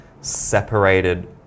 separated